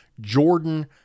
Jordan